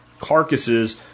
carcasses